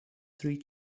three